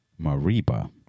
Mariba